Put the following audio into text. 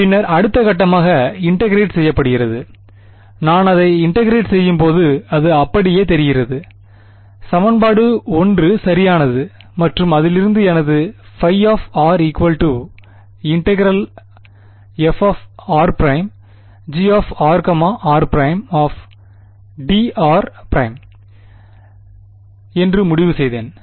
பின்னர் அடுத்த கட்டமாகஇன்டெகிரெட் செய்யப்படுகிறது நான் அதை இன்டெகிரெட் செய்யும்போது அது அப்படியே தெரிகிறது சமன்பாடு 1 சரியானது மற்றும் அதிலிருந்து எனது ϕ ∫ f r′Gr r′dr′ என்று முடிவு செய்தேன்